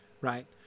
right